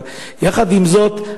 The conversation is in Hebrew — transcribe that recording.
אבל יחד עם זאת,